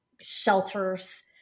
shelters